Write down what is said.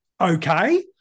Okay